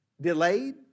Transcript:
Delayed